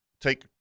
take